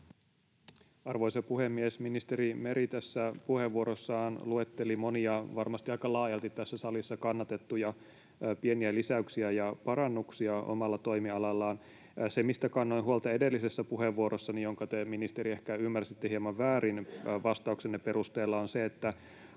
Arvoisa puhemies! Ministeri Meri tässä puheenvuorossaan luetteli monia varmasti aika laajalti tässä salissa kannatettuja pieniä lisäyksiä ja parannuksia omalla toimialallaan. Se, mistä kannoin huolta edellisessä puheenvuorossani, jonka te, ministeri, ehkä ymmärsitte hieman väärin vastauksenne perusteella, on se, että